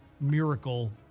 miracle